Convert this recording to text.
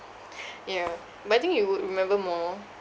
ya but I think you would remember more